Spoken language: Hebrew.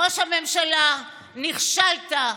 ראש הממשלה, נכשלת.